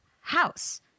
house